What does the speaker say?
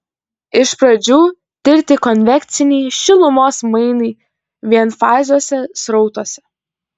iš pradžių tirti konvekciniai šilumos mainai vienfaziuose srautuose